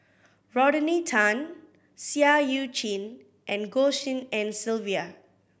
Rodney Tan Seah Eu Chin and Goh Tshin En Sylvia